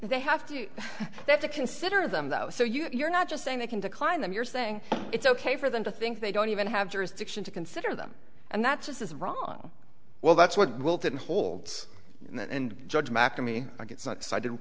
to have to consider them though so you're not just saying they can decline them you're saying it's ok for them to think they don't even have jurisdiction to consider them and that's just as wrong well that's what milton holds and judge mcnamee i get so excited